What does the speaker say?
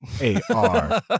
A-R